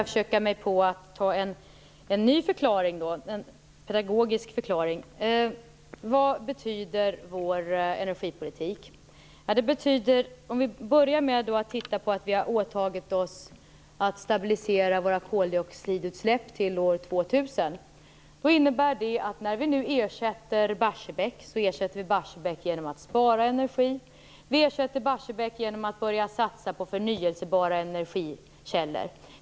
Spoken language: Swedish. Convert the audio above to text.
Herr talman! Jag skall försöka mig på en ny pedagogisk förklaring. Vad betyder vår energipolitik? Till att börja med har vi åtagit oss att stabilisera våra koldioxidutsläpp till år 2000. Det innebär att vi ersätter Barsebäck genom att spara energi och genom att börja satsa på förnybara energikällor.